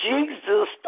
Jesus